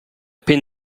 pin